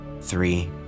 three